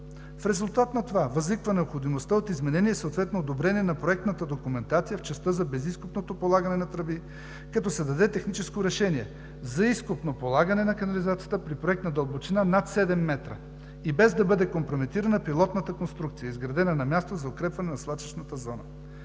В резултат на това възниква необходимостта от изменение, съответно одобрение на проектната документация в частта за безизкопното полагане на тръби, като се даде техническо решение за изкопно полагане на канализацията при проектна дълбочина над 7 м, и без да бъде компрометирана пилотната конструкция, изградена на място, за укрепване на свлачищната зона.